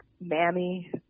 mammy